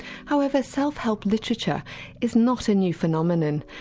however self-help literature is not a new phenomenon,